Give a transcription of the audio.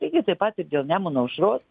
lygiai taip pat dėl nemuno aušros